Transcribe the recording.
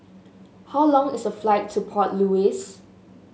how long is the flight to Port Louis